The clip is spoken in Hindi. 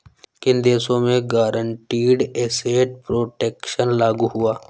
किन देशों में गारंटीड एसेट प्रोटेक्शन लागू हुआ है?